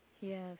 Yes